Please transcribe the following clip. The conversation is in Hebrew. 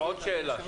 היו"ר,